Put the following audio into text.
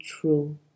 true